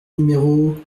numéro